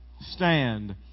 stand